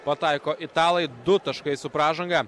pataiko italai du taškai su pražanga